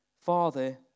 Father